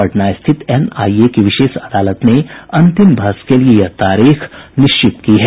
पटना स्थित एनआईए की विशेष अदालत ने अंतिम बहस के लिए यह तारीख निश्चित की है